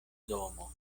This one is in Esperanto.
domo